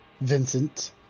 Vincent